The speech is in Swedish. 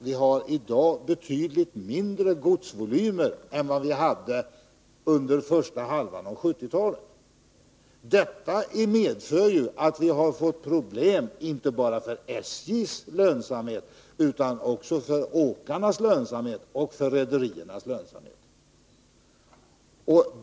Vi har i dag betydligt mindre godsvolym än vi hade under första halvan av 1970-talet. Detta medför ju problem inte bara för SJ:s lönsamhet utan också för lönsamheten hos åkarna och rederierna.